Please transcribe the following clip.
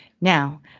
Now